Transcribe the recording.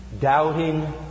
doubting